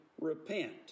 repent